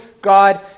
God